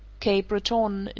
cape breton.